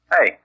Hey